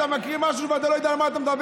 אתה מקריא משהו, ואתה לא יודע על מה אתה מדבר.